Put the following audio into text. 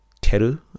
Teru